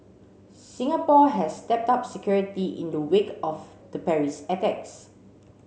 Singapore has stepped up security in the wake of the Paris attacks